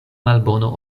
malbono